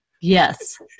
Yes